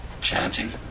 chanting